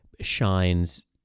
shines